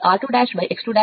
కాబట్టి x 2 r2 0